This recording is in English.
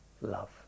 love